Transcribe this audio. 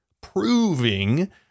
proving